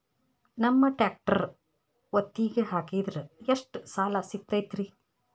ನಮ್ಮ ಟ್ರ್ಯಾಕ್ಟರ್ ಒತ್ತಿಗೆ ಹಾಕಿದ್ರ ಎಷ್ಟ ಸಾಲ ಸಿಗತೈತ್ರಿ?